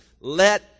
let